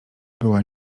była